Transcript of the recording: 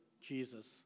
Jesus